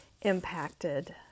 impacted